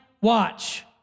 watch